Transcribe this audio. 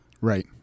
right